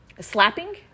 Slapping